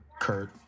Kurt